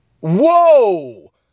whoa